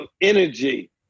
energy